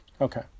Okay